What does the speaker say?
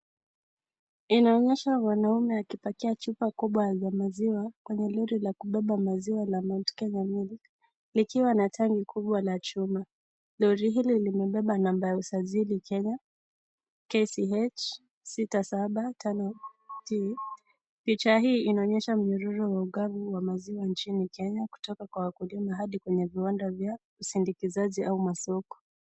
Inaonyesha wanaume wakipakia chupa kubwa za maziwa kwenye lori la kubebea maziwa la Mount Kenya Milk . Likiwa na tanki kubwa la chuma . Lori hili limebeba namba ya usajili ya kenya KCH 675T. Picha hiii inaonyesha mnyororo mwangavu wa maziwa nchini Kenya kutoka kwa wakulima hadi kwenye viwanda vya usindikizaji au masoko.